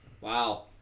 Wow